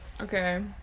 okay